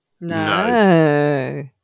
No